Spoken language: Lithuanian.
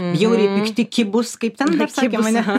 bjauriai pikti kibūs kaip ten dar sakė mane